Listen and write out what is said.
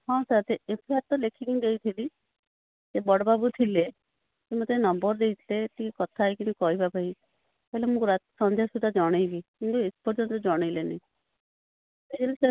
ହଁ ସାର୍ ସେ F I R ତ ଲେଖିକି ମୁଁ ଦେଇଥିଲି ସେ ବଡ଼ବାବୁ ଥିଲେ ସେ ମୋତେ ନମ୍ବର୍ ଦେଇଥିଲେ ଟିକେ କଥା ହେଇକିନି କହିବା ପାଇଁ କହିଲେ ମୁଁ ସନ୍ଧ୍ୟା ସୁଦ୍ଧା ଜଣେଇବି କିନ୍ତୁ ଏ ପର୍ଯ୍ୟନ୍ତ ଜଣେଇଲେନି ସାର୍